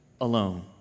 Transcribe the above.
alone